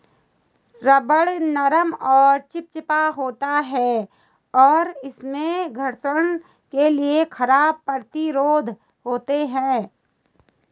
rubber नरम और चिपचिपा होता है, और इसमें घर्षण के लिए खराब प्रतिरोध होता है